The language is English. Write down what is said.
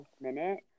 minute